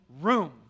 room